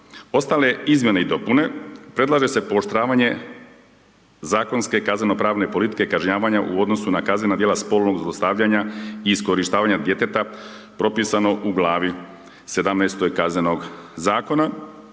Ostale izmjene i dopune predlaže se pooštravanje zakonske kazneno pravne politike kažnjavanja u odnosu na kaznena djela spolnog zlostavljanja i iskorištavanja djeteta propisano u Glavi XVII. Kaznenog zakona.